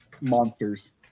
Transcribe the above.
monsters